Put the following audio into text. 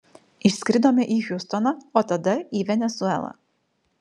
išskridome į hjustoną o tada į venesuelą